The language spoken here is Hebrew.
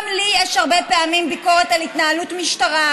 גם לי יש הרבה פעמים ביקורת על התנהלות המשטרה,